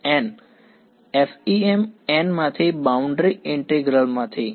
mn FEM n માંથી boundary ઇન્ટિગ્રલમાંથી